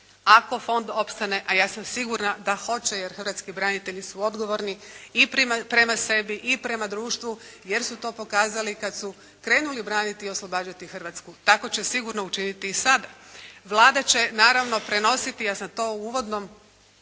ako fond opstane, a ja sam sigurna da hoće, jer hrvatski branitelji su odgovorni i prema sebi i prema društvu, jer su to pokazali kad su krenuli braniti i oslobađati Hrvatsku. Tako će sigurno učiniti i sada. Vlada će naravno prenositi, ja sam to u uvodnom